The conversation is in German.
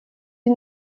die